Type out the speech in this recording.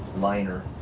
liner.